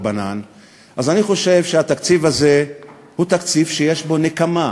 אז אני חושב שהתקציב הזה הוא תקציב שיש בו נקמה,